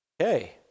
Okay